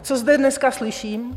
A co zde dneska slyším?